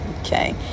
Okay